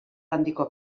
handiko